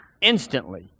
instantly